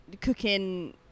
cooking